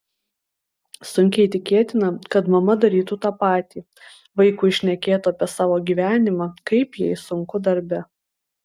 sunkiai tikėtina kad mama darytų tą patį vaikui šnekėtų apie savo gyvenimą kaip jai sunku darbe